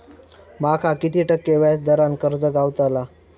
माका किती टक्के व्याज दरान कर्ज गावतला?